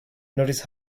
notice